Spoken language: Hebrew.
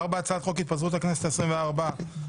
הצעת חוק התפזרות הכנסת העשרים וארבע,